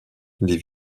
les